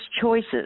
choices